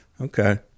Okay